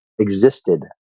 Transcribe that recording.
existed